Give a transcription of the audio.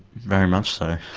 very much so.